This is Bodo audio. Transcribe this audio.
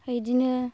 ओमफ्राय बिदिनो